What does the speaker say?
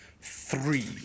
three